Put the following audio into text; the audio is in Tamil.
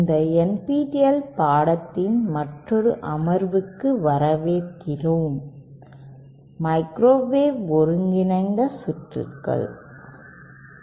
இந்த NPTEL பாடத்தின் மற்றொரு அமர்வுக்கு வரவேற்கிறோம் 'மைக்ரோவேவ் ஒருங்கிணைந்த சுற்றுகள்'